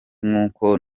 nk’uko